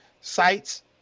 sites